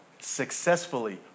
successfully